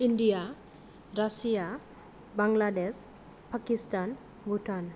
India Russia Bangladesh Pakistan Bhutan